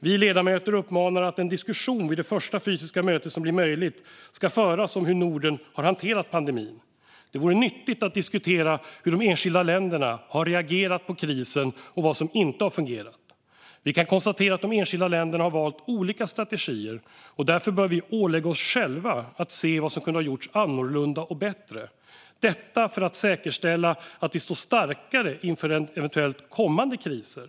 Vi ledamöter uppmanar att en diskussion vid det första fysiska möte som blir möjligt ska föras om hur Norden har hanterat pandemin. Det vore nyttigt att diskutera hur de enskilda länderna har reagerat på krisen och vad som inte har fungerat. Vi kan konstatera att de enskilda länderna har valt olika strategier. Därför bör vi ålägga oss själva att se vad som kunde ha gjorts annorlunda och bättre, detta för att säkerställa att vi står starkare inför eventuella kommande kriser.